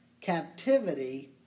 captivity